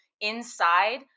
inside